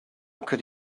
could